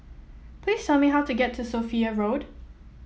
please tell me how to get to Sophia Road